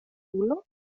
insulo